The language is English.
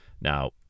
Now